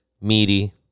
meaty